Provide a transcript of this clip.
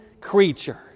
creature